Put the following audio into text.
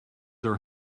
are